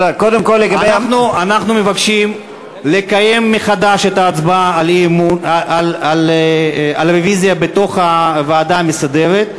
אנחנו מבקשים לקיים מחדש את ההצבעה על הרוויזיה בתוך הוועדה המסדרת,